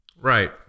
Right